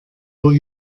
will